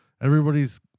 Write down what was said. Everybody's